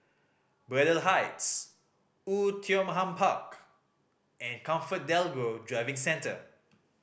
Braddell Heights Oei Tiong Ham Park and ComfortDelGro Driving Centre